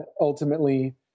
ultimately